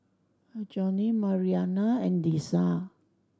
Johny Mariana and Lesia